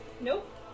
Nope